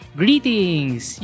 greetings